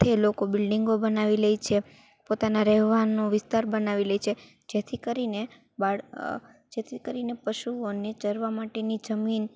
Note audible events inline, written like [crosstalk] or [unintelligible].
[unintelligible] લોકો બિલ્ડીંગો બનાવી લે છે પોતાનાં રહેવાનો વિસ્તાર બનાવી લે છે જેથી કરીને બાળ જેથી કરીને પશુઓને ચરવાં માટેની જમીન